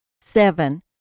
Seven